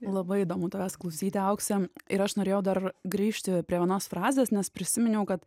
labai įdomu tavęs klausyti aukse ir aš norėjau dar grįžti prie vienos frazės nes prisiminiau kad